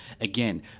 Again